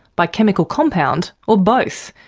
by chemical compound or both,